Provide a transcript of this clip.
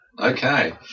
Okay